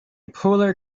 polar